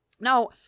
Now